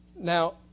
Now